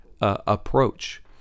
approach